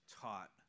taught